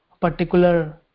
particular